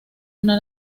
una